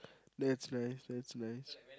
that's nice that's nice